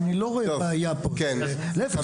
לגבי העילה הזאת,